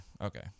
okay